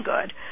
good